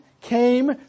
came